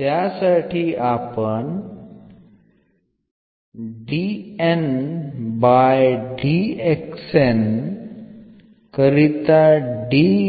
त्यासाठी आपण